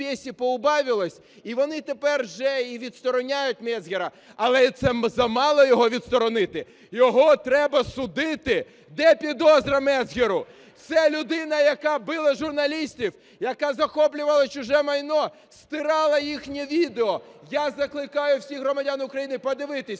вони тепер вже відсторонюють Мецгера, але це замало його відсторонити, його треба судити. Де підозра Мецгеру? Це людина, яка била журналістів, яка захоплювала чуже майно, стирала їхні відео. Я закликаю всіх громадян України подивитися,